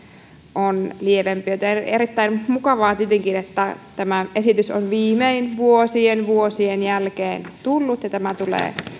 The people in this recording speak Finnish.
on lievempi on siis erittäin mukavaa että tämä esitys on viimein vuosien vuosien jälkeen tullut ja tämä tulee